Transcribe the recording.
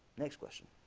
next question